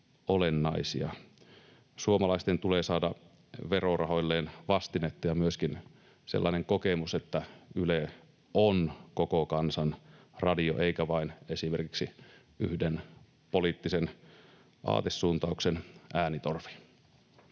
Suomalaisten tulee saada verorahoilleen vastinetta ja myöskin sellainen kokemus, että Yle on koko kansan radio eikä vain esimerkiksi yhden poliittisen aatesuuntauksen äänitorvi.